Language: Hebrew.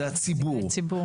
לימור סון הר מלך (עוצמה יהודית): זה הציבור.